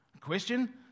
question